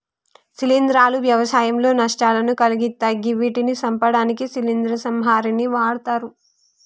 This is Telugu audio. శిలీంద్రాలు వ్యవసాయంలో నష్టాలను కలిగిత్తయ్ గివ్విటిని సంపడానికి శిలీంద్ర సంహారిణిని వాడ్తరు